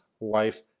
life